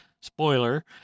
Spoiler